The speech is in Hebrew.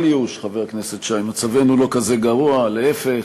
אל ייאוש, חבר הכנסת שי, מצבנו לא כזה גרוע, להפך,